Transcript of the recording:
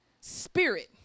spirit